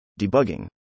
debugging